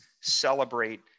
celebrate